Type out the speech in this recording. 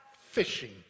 fishing